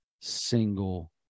single